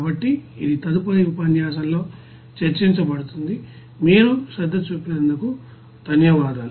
కాబట్టి ఇది తదుపరి ఉపన్యాసంలో చర్చించబడుతుంది మీరు శ్రద్ధ చూపినందుకు ధన్యవాదాలు